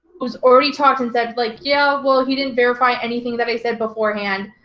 who's already talked and said like, yeah, well, he didn't verify anything that i said beforehand.